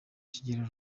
kigero